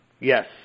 Yes